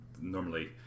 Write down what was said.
normally